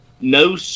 No